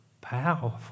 powerful